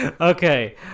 Okay